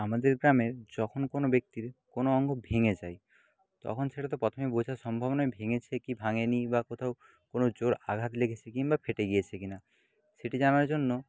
আমাদের গ্রামের যখন কোন ব্যক্তির কোনো অঙ্গ ভেঙে যায় তখন সেটা তো প্রথমেই বোঝা সম্ভব নয় ভেঙেছে কি ভাঙেনি বা কোথাও কোনো জোর আঘাত লেগেছে কিংবা ফেটে গিয়েছে কিনা সেটি জানার জন্য